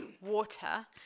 water